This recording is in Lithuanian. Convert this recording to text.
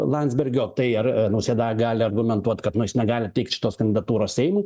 landsbergio tai ar nausėda gali argumentuot kad nu jis negali teikt šitos kandidatūros seimui